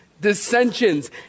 dissensions